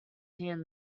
hand